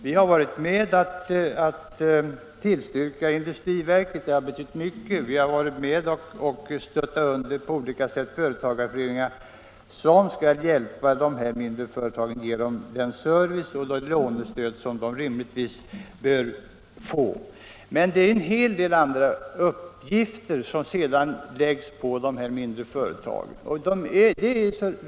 Vi har varit med om att tillstyrka industriverket — som har betytt mycket — och vi har på olika sätt stöttat under företagarföreningar som skall hjälpa de mindre företagen genom att ge dem den service och det lånestöd som de rimligtvis bör få. Det är dock en hel del andra uppgifter som sedan läggs på de mindre företagen.